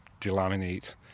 delaminate